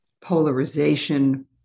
polarization